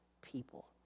people